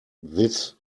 this